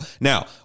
Now